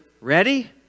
ready